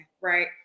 right